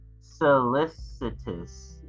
solicitous